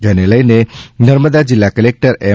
જેને લઈને નર્મદા જિલ્લા કલેકટર એમ